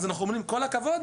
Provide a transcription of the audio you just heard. אז אנחנו אומרים כל הכבוד,